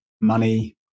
money